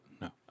No